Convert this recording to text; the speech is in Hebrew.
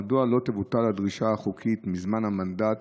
מדוע לא תבוטל הדרישה החוקית מזמן המנדט